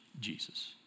Jesus